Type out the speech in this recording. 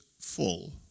full